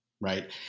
Right